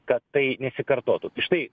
kad tai nesikartotų štai